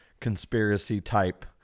conspiracy-type